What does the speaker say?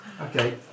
Okay